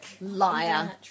Liar